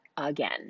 Again